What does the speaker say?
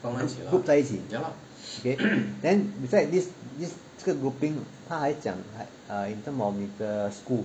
group 在一起 okay then besides this this 这个 grouping 他还讲 in terms of 你的 school